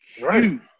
right